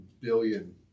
billion